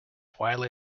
widely